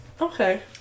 Okay